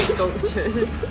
sculptures